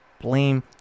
blame